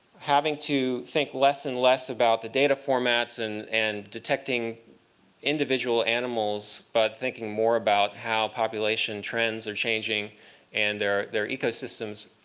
having to think less and less about the data formats and and detecting individual animals, but thinking more about how population trends are changing and their their ecosystems